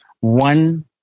one